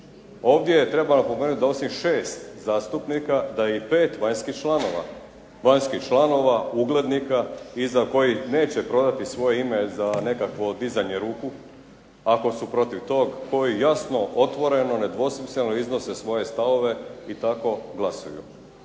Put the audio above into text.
Ovdje je trebalo po meni da osim šest zastupnika da je i pet vanjskih članova, vanjskih članova uglednika iz kojih neće prodati svoje ime za nekakvo dizanje ruku ako su protiv tog koji jasno, otvoreno, nedvosmisleno iznose svoje stavove i tako glasuju.